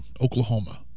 Oklahoma